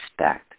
respect